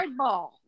hardball